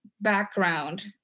background